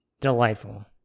Delightful